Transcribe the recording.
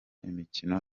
imikino